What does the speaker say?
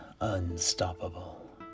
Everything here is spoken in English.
unstoppable